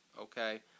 Okay